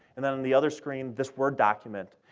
and then, on the other screen, this word document,